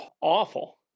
awful